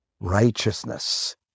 righteousness